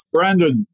Brandon